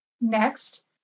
Next